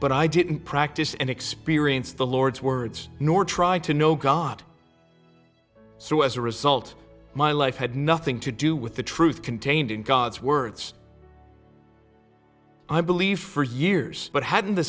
but i didn't practice and experience the lord's words nor try to know god so as a result my life had nothing to do with the truth contained in god's words i believe for years but hadn't the